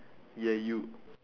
ya you